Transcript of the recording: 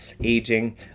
aging